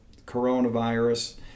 coronavirus